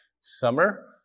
summer